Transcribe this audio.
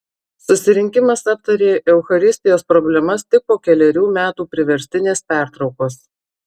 susirinkimas aptarė eucharistijos problemas tik po kelerių metų priverstinės pertraukos